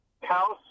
house